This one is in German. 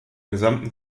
gesamten